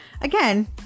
again